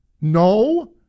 No